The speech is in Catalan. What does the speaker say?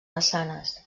maçanes